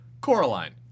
Coraline